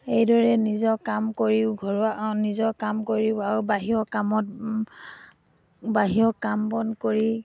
এইদৰে নিজৰ কাম কৰিও ঘৰুৱা নিজৰ কাম কৰিও আৰু বাহিৰৰ কামত বাহিৰৰ কাম বন কৰি